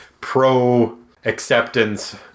pro-acceptance